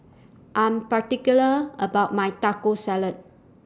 I'm particular about My Taco Salad